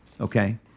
okay